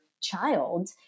child